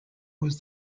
was